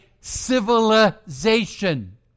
civilization